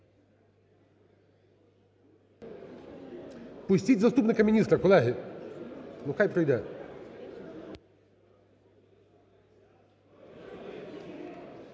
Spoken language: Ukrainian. Пустіть заступника міністра, колеги. Нехай пройде.